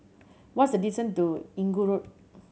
what is the distance to Inggu Road